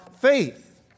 faith